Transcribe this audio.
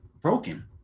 broken